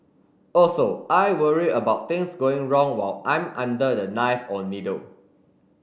also I worry about things going wrong while I'm under the knife or needle